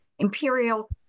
imperial